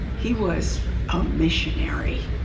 he was a missionary,